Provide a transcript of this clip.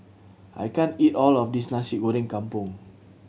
I can't eat all of this Nasi Goreng Kampung